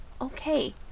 okay